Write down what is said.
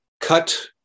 cut